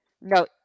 No